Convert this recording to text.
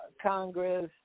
Congress